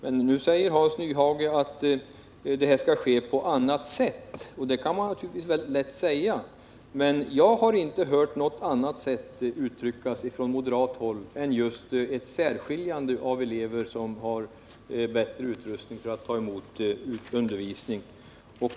Men nu säger Hans Nyhage att det skall ske på annat sätt. Det kan man naturligtvis säga väldigt lätt. Men jag har inte hört något annat sätt uttryckas från moderat håll än just särskiljande av elever som har bättre utrustning för att ta emot undervisning.